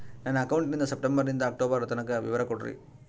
ನನ್ನ ಅಕೌಂಟಿನ ಸೆಪ್ಟೆಂಬರನಿಂದ ಅಕ್ಟೋಬರ್ ತನಕ ವಿವರ ಕೊಡ್ರಿ?